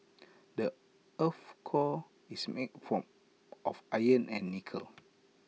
the Earth's core is made for of iron and nickel